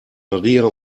maria